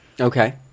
Okay